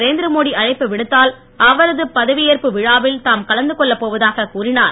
நரேந்திரமோடி அழைப்பு விடுத்தால் அவரது பதவியேற்பு விழாவில் தாம் கலந்து கொள்ளப்போவதாக கூறினார்